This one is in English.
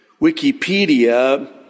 Wikipedia